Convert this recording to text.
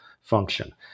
function